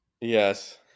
Yes